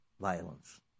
violence